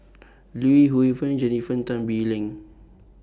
Li Hui Fen Jennifer Tan Bee Leng